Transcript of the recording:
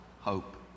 hope